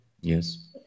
Yes